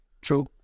True